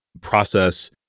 process